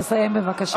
תסיים בבקשה.